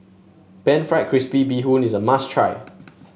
pan fried crispy Bee Hoon is a must try